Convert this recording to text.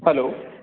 hello